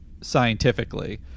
scientifically